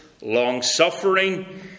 long-suffering